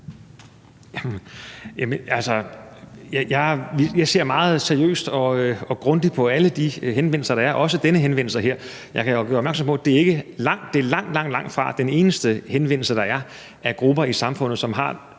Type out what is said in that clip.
jeg ser meget seriøst og grundigt på alle de henvendelser, der er, også den her henvendelse. Jeg vil gøre opmærksom på, at det langtfra er den eneste henvendelse, der er, fra grupper i samfundet, som har